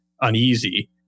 uneasy